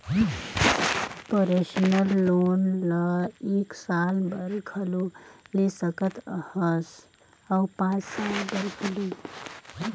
personal loan ल एक साल बर घलो ले सकत हस अउ पाँच साल बर घलो